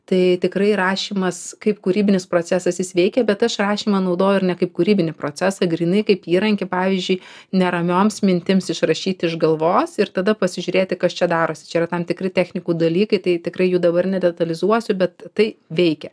tai tikrai rašymas kaip kūrybinis procesas jis veikia bet aš rašymą naudojau ir ne kaip kūrybinį procesą grynai kaip įrankį pavyzdžiui neramioms mintims išrašyti iš galvos ir tada pasižiūrėti kas čia darosi čia yra tam tikri technikų dalykai tai tikrai jų dabar nedetalizuosiu bet tai veikia